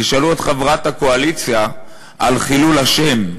תשאלו את חברת הקואליציה על חילול השם,